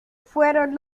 fueron